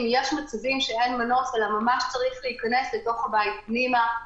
יש מצבים שאין מנוס אלא ממש צריך להיכנס לתוך הבית פנימה.